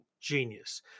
genius